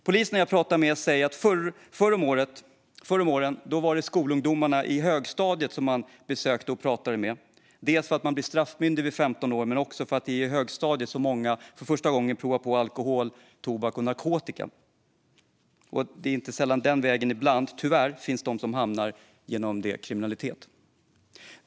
Poliserna jag pratar med säger att det förr om åren var skolungdomarna i högstadiet som de besökte och pratade med, dels för att man blir straffmyndig vid 15 år, dels för att det är i högstadiet som många provar på alkohol, tobak och narkotika för första gången och den vägen ibland tyvärr hamnar i kriminalitet.